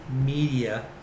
Media